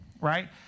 right